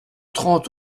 trente